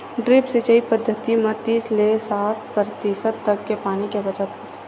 drip सिंचई पद्यति म तीस ले साठ परतिसत तक के पानी के बचत होथे